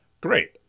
great